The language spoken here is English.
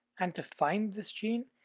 and to find this gene,